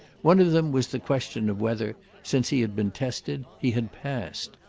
one of them was the question of whether, since he had been tested, he had passed.